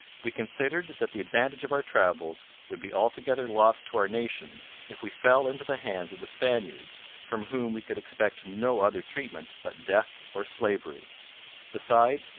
we considered that the advantage of our travels would be altogether lost to our nation if we fell into the hands of the spaniards, from whom we could expect no other treatment but death or slavery besides,